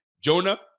Jonah